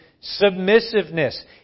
submissiveness